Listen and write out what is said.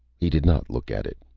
he did not look at it.